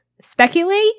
speculate